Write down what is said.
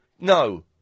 no